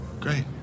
Great